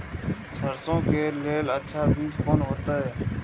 सरसों के लेल अच्छा बीज कोन होते?